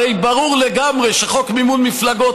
הרי ברור לגמרי שחוק מימון מפלגות